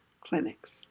clinics